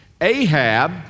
Ahab